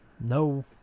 No